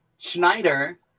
schneider